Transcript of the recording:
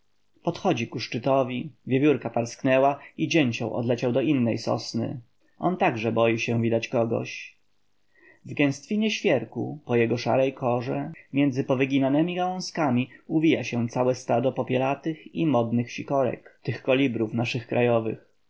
podchodzi ku szczytowi wiewiórka parsknęła i dzięcioł odleciał do innej sosny on także boi się widać kogoś w gęstwinie świerku po jego szarej korze między powyginanemi gałązkami uwija się całe stado popielatych i modrych sikorek tych kolibrów naszych krajowych